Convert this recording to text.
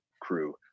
crew